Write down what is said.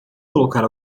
colocar